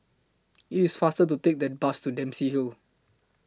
IT IS faster to Take The Bus to Dempsey Hill